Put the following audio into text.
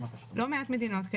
לא מעט מדינות,